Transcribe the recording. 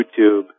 YouTube